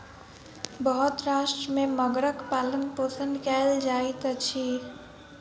बहुत राष्ट्र में मगरक पालनपोषण कयल जाइत अछि